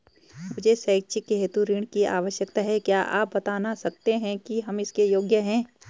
मुझे शैक्षिक हेतु ऋण की आवश्यकता है क्या आप बताना सकते हैं कि हम इसके योग्य हैं?